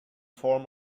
form